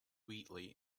wheatley